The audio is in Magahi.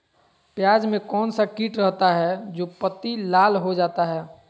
प्याज में कौन सा किट रहता है? जो पत्ती लाल हो जाता हैं